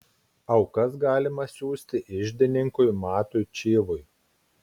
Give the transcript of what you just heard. aukas galima siųsti iždininkui matui čyvui